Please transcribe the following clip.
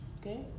Okay